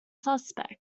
suspect